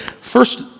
First